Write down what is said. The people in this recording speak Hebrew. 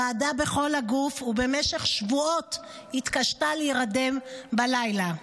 רעדה בכל הגוף ובמשך שבועות התקשתה להירדם בלילה.